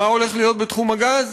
מה הולך להיות בתחום הגז?